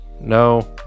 No